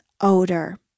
odor